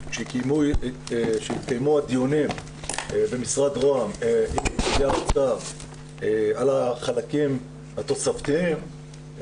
כשהתקיימו הדיונים במשרד רוה"מ עם פקידי האוצר על החלקים התוספתיים,